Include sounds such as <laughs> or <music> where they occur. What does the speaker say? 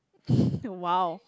<laughs> !wow!